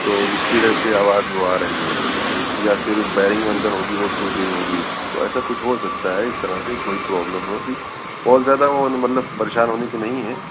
تو جس کی وجہ سے آواز وہ آ رہی ہے یا پھر بیرنگ اندر ہوگی وہ ٹوٹ گئی ہوگی تو ایسا کچھ ہو سکتا ہے اس طرح کی کوئی پروبلم ہوگی بہت زیادہ مطلب پریشان ہونے کی نہیں ہے